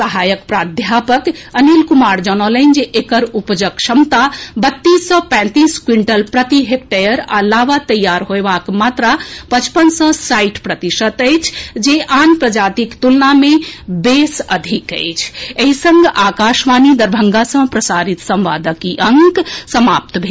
सहायक प्रधाध्यापक अनिल कुमार जनौलनि जे एकर उपजक क्षमता बत्तीस सँ पैंतीस क्विंटल प्रति हेक्टेयर आ लावा तैयार होएबाक मात्रा पचपन सँ साठि प्रतिशत अछि जे आन प्रजातिक तुलना मे बेस अधिक अछि एहि संग आकाशवाणी दरभंगा सँ प्रसारित संवादक ई अंक समाप्त भेल